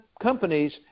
companies